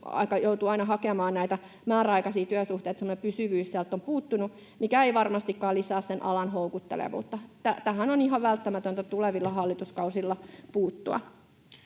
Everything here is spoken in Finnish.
joutuvat aina hakemaan näitä määräaikaisia työsuhteita. Semmoinen pysyvyys sieltä on puuttunut, mikä ei varmastikaan lisää sen alan houkuttelevuutta. Tähän on ihan välttämätöntä tulevilla hallituskausilla puuttua.